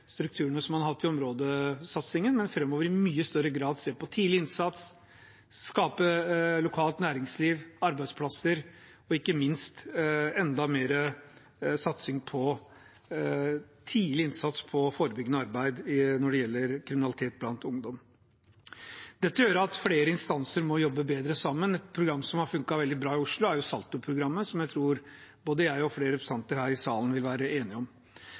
strukturene i områdesatsingen, men også i mye større grad ser på å skape et lokalt næringsliv og arbeidsplasser og ikke minst enda mer satsing på tidlig innsats og forebyggende arbeid når det gjelder kriminalitet blant ungdom. Dette krever at flere instanser må jobbe bedre sammen. Et program som har fungert veldig bra i Oslo, er SaLTo-programmet, noe jeg tror flere representanter i salen er enig i.